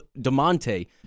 DeMonte